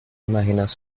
imaginas